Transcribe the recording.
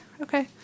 okay